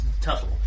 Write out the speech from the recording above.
Tuttle